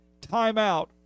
Timeout